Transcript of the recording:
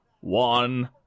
one